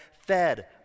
fed